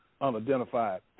unidentified